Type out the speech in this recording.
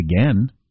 again